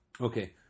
Okay